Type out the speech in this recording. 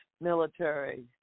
military